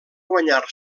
guanyar